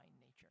nature